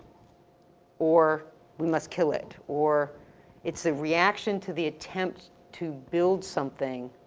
or we must kill it, or it's a reaction to the attempt to build something